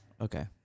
Okay